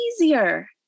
easier